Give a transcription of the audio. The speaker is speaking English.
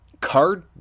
Card